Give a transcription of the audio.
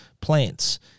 plants